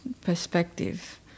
perspective